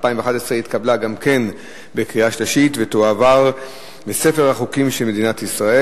התקבלה גם בקריאה שלישית ותועבר לספר החוקים של מדינת ישראל.